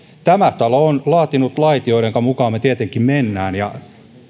tämä talo on laatinut lait joidenka mukaan me tietenkin menemme ja